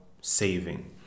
saving